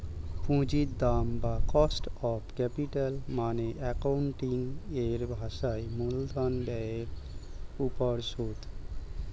পুঁজির দাম বা কস্ট অফ ক্যাপিটাল মানে অ্যাকাউন্টিং এর ভাষায় মূলধন ব্যয়ের উপর সুদ